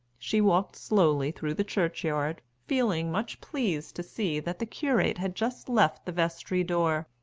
she walked slowly through the churchyard, feeling much pleased to see that the curate had just left the vestry door,